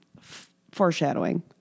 foreshadowing